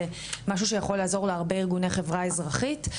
משהו שיכול לעזור הרבה ארגוני חברה אזרחית,